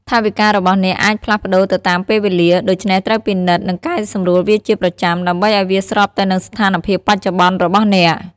ថវិការបស់អ្នកអាចផ្លាស់ប្តូរទៅតាមពេលវេលា ដូច្នេះត្រូវពិនិត្យ និងកែសម្រួលវាជាប្រចាំ ដើម្បីឱ្យវាស្របទៅនឹងស្ថានភាពបច្ចុប្បន្នរបស់អ្នក។